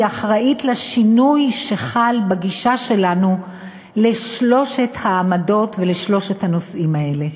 אחראית לשינוי שחל בגישה שלנו לשלוש העמדות ולשלושת הנושאים האלה.